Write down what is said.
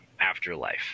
afterlife